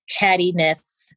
cattiness